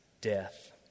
death